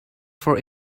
for